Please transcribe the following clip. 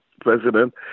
president